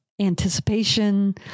anticipation